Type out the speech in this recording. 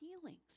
healings